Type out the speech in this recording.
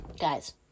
guys